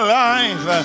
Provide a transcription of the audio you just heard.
life